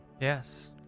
Yes